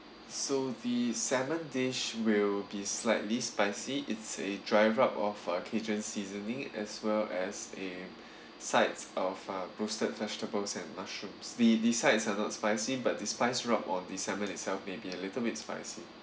so the salmon dish will be slightly spicy it's a dry rub of our kitchen seasoning as well as a sides of uh roasted vegetables and mushrooms the the sides are not spicy but the spice rub on the salmon itself may be a little bit spicy